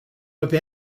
have